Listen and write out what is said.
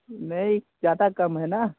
नहीं ज़्यादा कम है ना